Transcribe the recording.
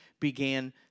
began